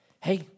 Hey